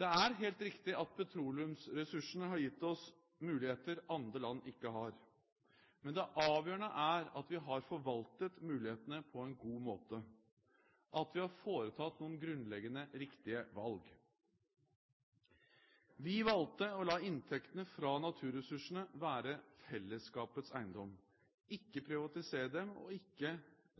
Det er helt riktig at petroleumsressursene har gitt oss muligheter andre land ikke har, men det avgjørende er at vi har forvaltet mulighetene på en god måte, at vi har foretatt noen grunnleggende riktige valg: Vi valgte å la inntektene fra naturressursene være fellesskapets eiendom. Vi har ikke privatisert dem og ikke